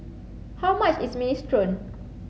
how much is Minestrone